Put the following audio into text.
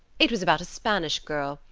it was about a spanish girl,